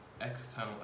external